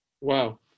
Wow